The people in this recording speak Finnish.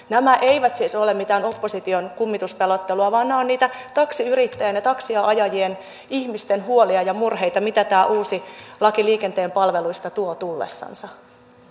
nämä eivät siis ole mitään opposition kummituspelottelua vaan nämä ovat taksiyrittäjien ja taksia ajavien ihmisten huolia ja murheita siitä mitä tämä uusi laki liikenteen palveluista tuo tullessansa